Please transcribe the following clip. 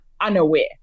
unaware